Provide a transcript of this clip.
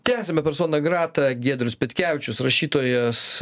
tęsiame persona grata giedrius petkevičius rašytojas